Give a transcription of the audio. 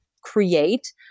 create